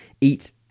eat